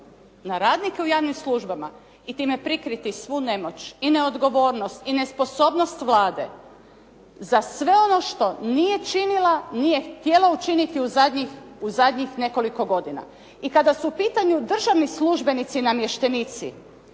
na radnike u javnim službama i time prikriti svu nemoć i neodgovornost, i nesposobnost Vlade za sve ono što nije činila, nije htjela učiniti u zadnjih nekoliko godina. I kada su u pitanju državni službenici i namještenici